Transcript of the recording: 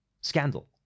Scandal